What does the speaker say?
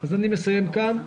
אני מסיים כאן.